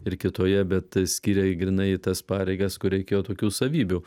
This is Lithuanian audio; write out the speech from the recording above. ir kitoje bet skyrė grynai į tas pareigas kur reikėjo tokių savybių